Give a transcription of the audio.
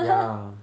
ya